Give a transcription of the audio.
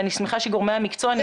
אני שמחה שגורמי המקצוע נמצאים איתנו.